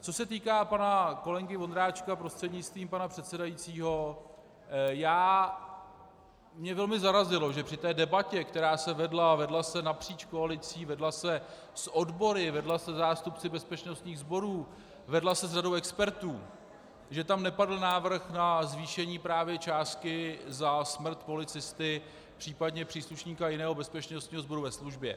Co se týká pana kolegy Ondráčka prostřednictvím pana předsedajícího, mě velmi zarazilo, že při té debatě, která se vedla napříč koalicí, vedla se s odbory, vedla se se zástupci bezpečnostních sborů, vedla se s řadou expertů, že tam nepadl návrh na zvýšení právě částky za smrt policisty, případně příslušníka jiného bezpečnostního sboru ve službě.